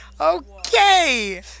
Okay